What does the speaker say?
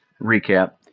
recap